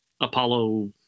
Apollo